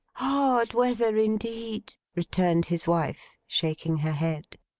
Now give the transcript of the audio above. hard weather indeed returned his wife, shaking her head.